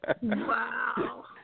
Wow